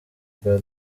bwa